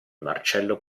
marcello